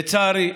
לצערי,